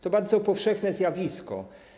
To bardzo powszechne zjawisko.